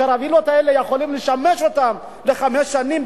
הקרווילות האלה יכולות לשמש אותם לחמש שנים,